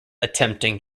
attempting